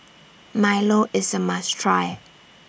Milo IS A must Try